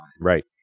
Right